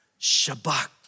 Shabbat